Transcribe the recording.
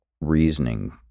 reasoning